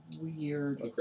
weird